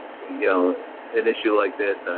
you know an issue like that,